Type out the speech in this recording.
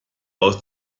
aus